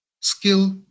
skill